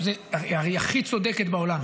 היא הכי צודקת בעולם.